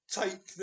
take